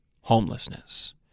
homelessness